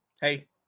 hey